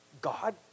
God